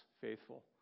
faithful